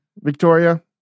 Victoria